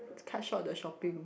it's cut short the shopping